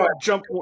jump